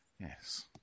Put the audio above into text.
Yes